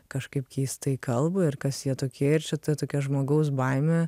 kažkaip keistai kalba ir kas jie tokie ir čia ta tokia žmogaus baimė